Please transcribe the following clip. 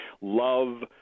love